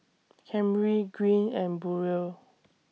Camryn Greene and Burrell